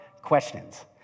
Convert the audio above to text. questions